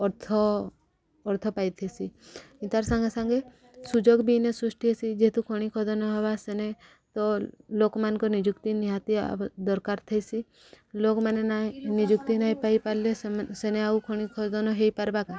ଅର୍ଥ ଅର୍ଥ ପାଇଥିସି ତାର ସାଙ୍ଗେ ସାଙ୍ଗେ ସୁଯୋଗ ବି ଏଇନେ ସୃଷ୍ଟି ହେସି ଯେହେତୁ ଖଣି ଖୋଦନ ହେବା ସେନେ ତ ଲୋକମାନଙ୍କ ନିଯୁକ୍ତି ନିହାତି ଦରକାର ଥିସି ଲୋକମାନେ ନାଇଁ ନିଯୁକ୍ତି ନାଇଁ ପାଇପାରିଲେ ସେ ସେନେ ଆଉ ଖଣି ଖୋଦନ ହେଇପାରବା କା